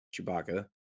Chewbacca